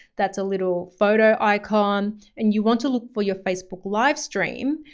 that's a little photo icon and you want to look for your facebook livestream,